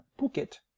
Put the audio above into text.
Phuket